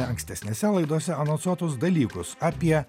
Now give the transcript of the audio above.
ankstesnėse laidose anonsuotos dalykus apie